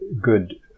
good